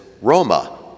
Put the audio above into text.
Roma